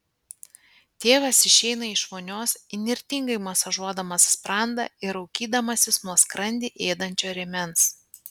tėvas išeina iš vonios įnirtingai masažuodamas sprandą ir raukydamasis nuo skrandį ėdančio rėmens